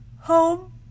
home